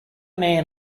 man